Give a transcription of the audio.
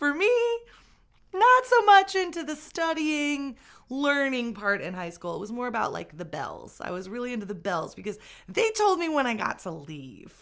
not so much into the studying learning part in high school it was more about like the bells i was really into the bells because they told me when i got to leave